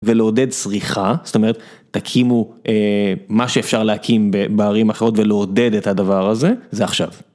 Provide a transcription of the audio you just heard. ולעודד צריכה, זאת אומרת תקימו מה שאפשר להקים בערים אחרות ולעודד את הדבר הזה, זה עכשיו.